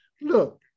Look